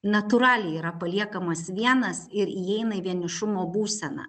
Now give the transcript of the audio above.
natūraliai yra paliekamas vienas ir įeina į vienišumo būseną